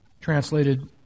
translated